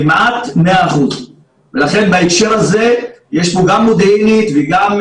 כמעט 100%. ולכן בהקשר הזה יש פה גם מודיעינית וגם,